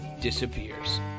disappears